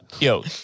Yo